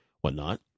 whatnot